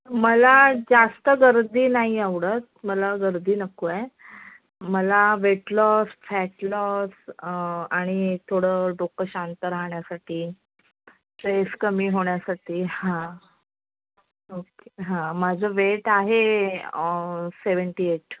मला जास्त गर्दी नाही आवडत मला गर्दी नको आहे मला वेट लॉस फॅट लॉस आणि थोडं डोकं शांत राहण्यासाठी स्ट्रेस कमी होण्यासाठी हां ओके हां माझं वेट आहे सेवनटी एट